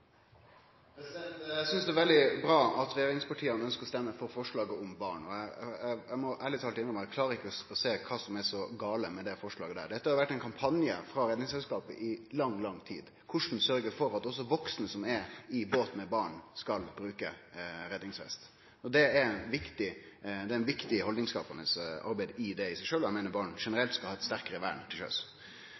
veldig bra at regjeringspartia ønskjer å røyste for forslaget om barn i båt, og eg må ærleg talt innrømme at eg ikkje klarer å sjå kva som er så gale med det forslaget. Det har vore ein kampanje frå Redningsselskapet i lang, lang tid om korleis ein kan sørgje for at også vaksne som er i båt med barn, skal bruke redningsvest. Det er eit viktig haldningsskapande arbeid i seg sjølv. Eg meiner barn generelt skal ha eit sterkare vern til sjøs.